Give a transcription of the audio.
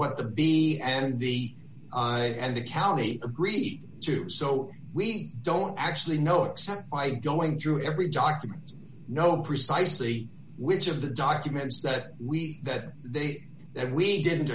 what the b and d and the county agreed to so we don't actually know except by going through every documents no precisely which of the documents that we that they that we didn't